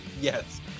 yes